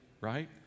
right